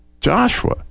Joshua